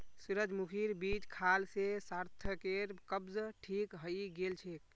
सूरजमुखीर बीज खाल से सार्थकेर कब्ज ठीक हइ गेल छेक